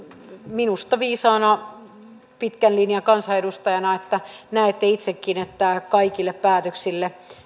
minusta viisaana pitkän linjan kansanedustajana että näette itsekin että kaikille päätöksille